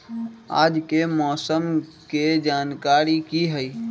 आज के मौसम के जानकारी कि हई?